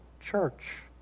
church